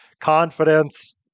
confidence